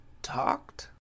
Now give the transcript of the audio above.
Talked